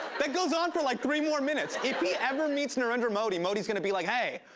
it goes on for like three more minutes. if he ever meets narendra modi, modi's gonna be like, hey,